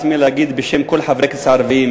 ואני מרשה לעצמי להגיד שגם בשם כל חברי הכנסת הערבים,